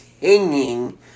hanging